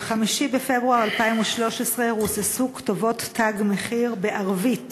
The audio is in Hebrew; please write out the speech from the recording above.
ב-5 בפברואר 2013 רוססו כתובות "תג מחיר" בערבית